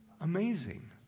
Amazing